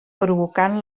provocant